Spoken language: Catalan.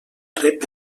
rep